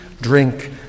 drink